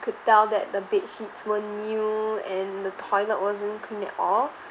I could tell that the bed sheets weren't new and the toilet wasn't cleaned all